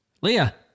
Leah